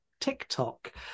TikTok